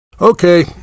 Okay